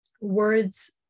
words